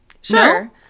Sure